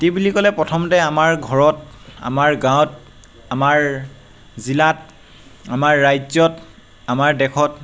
খেতি বুলি ক'লে প্ৰথমতে আমাৰ ঘৰত আমাৰ গাঁৱত আমাৰ জিলাত আমাৰ ৰাজ্যত আমাৰ দেশত